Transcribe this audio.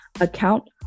account